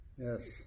Yes